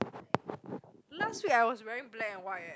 last week I was wearing black and white eh